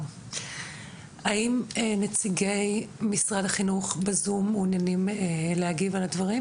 האם נציגי משרד החינוך בזום מעוניינים להגיב על הדברים,